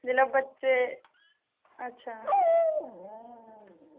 जेल्लै बच्चे अच्छा